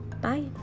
Bye